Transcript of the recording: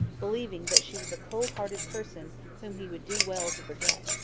believing that she was a cold-hearted person whom he would do well to forget.